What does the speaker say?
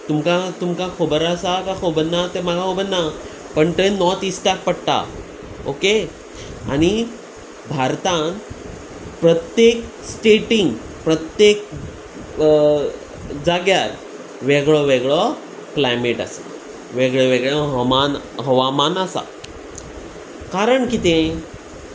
तुमकां तुमकां खबर आसा काय खबर ना ते म्हाका खबर ना पण तें नॉर्थ इस्टाक पडटा ओके आनी भारतान प्रत्येक स्टेटीन प्रत्येक जाग्यार वेगळो वेगळो क्लायमेट आसा वेगळ्य वेगळो हमान हवामान आसा कारण कितें